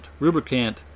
Rubricant